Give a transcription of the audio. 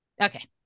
Okay